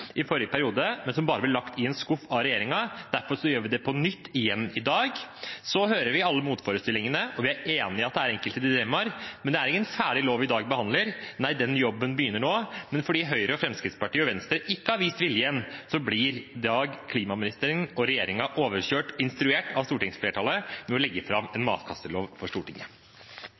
men som bare ble lagt i en skuff av regjeringen. Derfor gjør vi det på nytt i dag. Vi hører alle motforestillingene, og vi er enig i at det er enkelte dilemmaer, men det er ikke en ferdig lov vi i dag behandler – nei, den jobben begynner nå. Men fordi Høyre, Fremskrittspartiet og Venstre ikke har vist vilje, blir klimaministeren og regjeringen i dag overkjørt – instruert av stortingsflertallet til å legge fram forslag til en matkastelov for Stortinget.